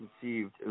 conceived